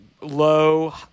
low